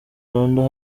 rwanda